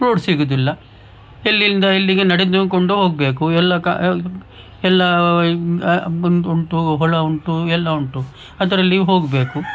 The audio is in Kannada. ರೋಡ್ ಸಿಗುವುದಿಲ್ಲ ಎಲ್ಲಿಂದ ಎಲ್ಲಿಗೆ ನಡೆದುಕೊಂಡು ಹೋಗಬೇಕು ಎಲ್ಲ ಎಲ್ಲ ಬಂದು ಉಂಟು ಹೊಏ ಉಂಟು ಎಲ್ಲ ಉಂಟು ಅದರಲ್ಲಿ ಹೋಗಬೇಕು